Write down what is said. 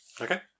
Okay